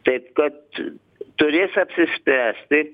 taip kad turės apsispręsti